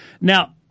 Now